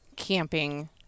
camping